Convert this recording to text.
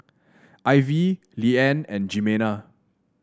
Ivie Leeann and Jimena